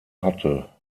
hatte